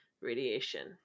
radiation